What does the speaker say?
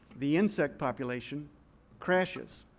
the insect population crashes.